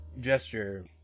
gesture